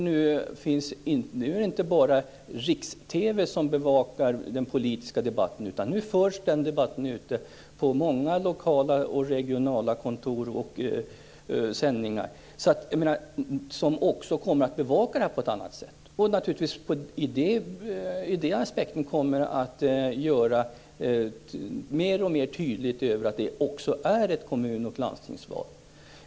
Nu är det ju inte bara riks-TV som bevakar den politiska debatten, utan den debatten förs numera också ute på många lokala och regionala kontor och via lokala och regionala sändningar. Man kommer där att bevaka detta på ett annat sätt. Det gör att det kommer att bli allt tydligare att det också handlar om kommunal och landstingsval.